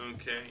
Okay